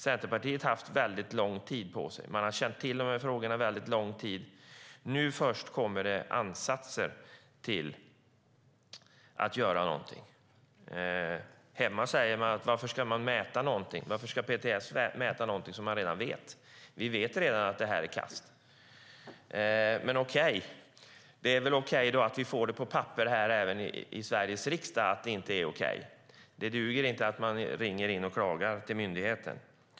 Centerpartiet har haft lång tid på sig. Man har känt till dessa frågor under lång tid. Först nu kommer ansatser till att göra något. I mina hemtrakter undrar de varför PTS ska mäta sådant som de redan vet. Vi vet redan att det är kasst. Men det är väl bra att vi får det på papper även i Sveriges riksdag, alltså att det inte är okej. Det duger inte att man ringer till myndigheten och klagar.